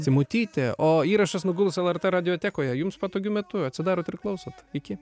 simutytė o įrašas nuguls lrt radiotekoje jums patogiu metu atsidarot ir klausot iki